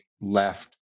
left